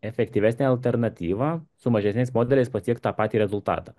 efektyvesnę alternatyvą su mažesniais modeliais pasiekt tą patį rezultatą